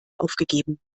aufgegeben